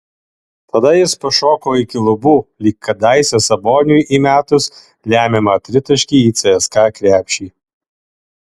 tada jis pašoko iki lubų lyg kadaise saboniui įmetus lemiamą tritaškį į cska krepšį